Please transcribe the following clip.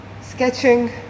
sketching